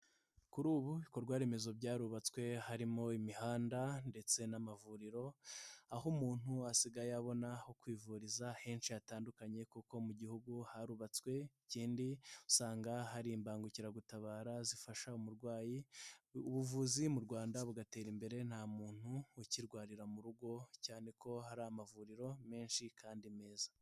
Kuri ubu ibikorwa remezo byarubatswe, harimo imihanda ndetse n'amavuriro, aho umuntu asigaye abona aho kwivuriza henshi hatandukanye kuko mu gihugu harubatswe, ikindi usanga hari imbangukiragutabara zifasha umurwayi, ubuvuzi mu Rwanda bugatera imbere, nta muntu ukirwarira mu rugo cyane ko hari amavuriro menshi kandi meza.